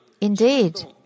indeed